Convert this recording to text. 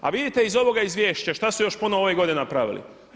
A vidite iz ovoga izvješća što su još ponovo ove godine napravili.